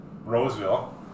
roseville